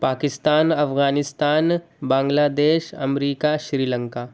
Pakistan Afghanistan Bangladesh America Sri Lanka